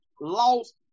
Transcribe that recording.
lost